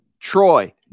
Troy